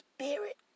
Spirit